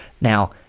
Now